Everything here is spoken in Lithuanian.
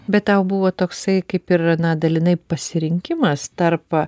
bet tau buvo toksai kaip ir na dalinai pasirinkimas tarp